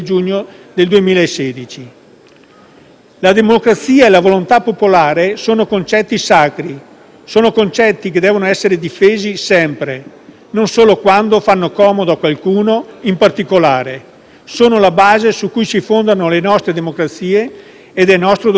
La democrazia e la volontà popolare sono concetti sacri. Sono concetti che devono essere difesi sempre, non solo quando fanno comodo a qualcuno in particolare. Sono la base su cui si fondano le nostre democrazie ed è nostro dovere rispettarli.